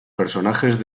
personajes